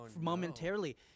momentarily